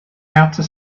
outer